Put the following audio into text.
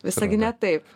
visagine taip